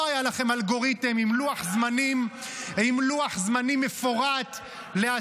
לא היה לכם אלגוריתם עם לוח זמנים מפורט -- היה.